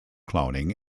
cloning